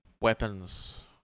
weapons